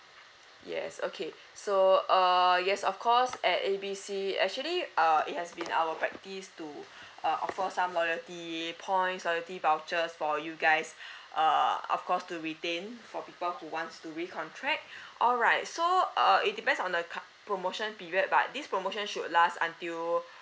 yes okay so uh yes of course at A B C actually uh it has been our practice to uh offer some loyalty points loyalty vouchers for you guys err of course to retain for people who wants to recontract alright so uh it depends on the card promotion period but this promotion should last until